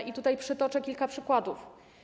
I tutaj przytoczę kilka przykładów.